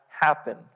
happen